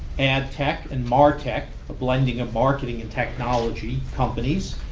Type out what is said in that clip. ad tech and martech, a blending of marketing and technology companies,